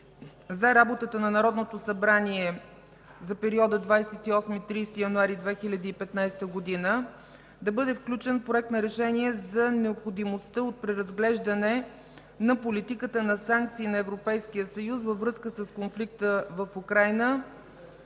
за работата на Народното събрание за периода 28-30 януари 2015 г. да бъде включен Проект на решение за необходимостта от преразглеждане на политиката на санкции на Европейския съюз във връзка с конфликта в Украйна.